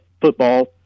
football